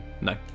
No